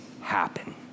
happen